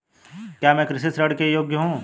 क्या मैं कृषि ऋण के योग्य हूँ?